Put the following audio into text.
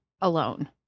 alone